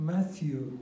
Matthew